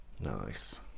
nice